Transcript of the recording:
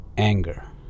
Anger